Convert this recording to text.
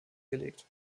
gelegt